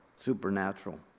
supernatural